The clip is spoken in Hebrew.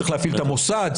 צריך להפעיל את המוסד?